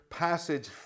passage